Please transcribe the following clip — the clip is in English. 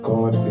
God